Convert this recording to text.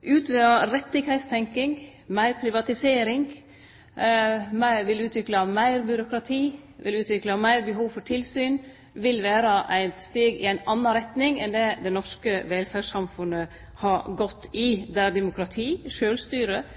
Utvida rettstenking og meir privatisering vil utvikle meir byråkrati, vil utvikle meir behov for tilsyn, vil vere eit steg i ei anna retning enn det det norske velferdssamfunnet har gått i, med demokrati,